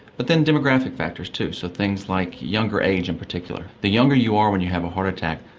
but then demographic factors too, so things like younger age in particular. the younger you are when you have a heart attack,